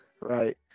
right